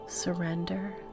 Surrender